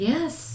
Yes